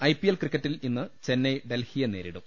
IPL ക്രിക്കറ്റിൽ ഇന്ന് ചെന്നൈ ഡൽഹിയെ നേരി ടും